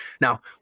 Now